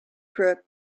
crook